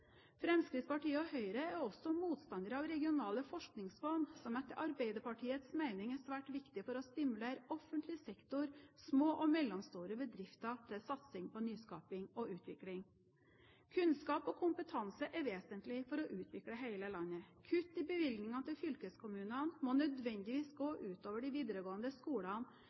Fremskrittspartiet og Høyre er også motstandere av regionale forskningsfond, som etter Arbeiderpartiets mening er svært viktig for å stimulere offentlig sektor og små og mellomstore bedrifter til satsing på nyskaping og utvikling. Kunnskap og kompetanse er vesentlig for å utvikle hele landet. Kutt i bevilgningene til fylkeskommunene må nødvendigvis gå ut over de videregående skolene,